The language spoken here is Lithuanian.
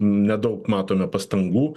nedaug matome pastangų